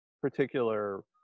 particular